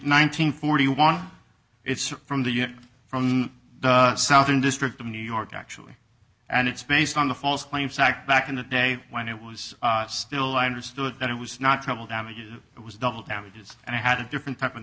and forty one it's from the us from the south in district of new york actually and it's based on the false claims act back in the day when it was still i understood that it was not trouble damages it was double damages and i had a different type of